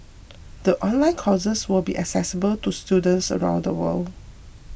the online courses will be accessible to students around the world